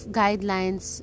guidelines